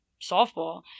softball